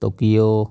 Tokyo